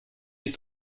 ist